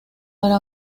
para